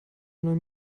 neuen